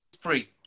free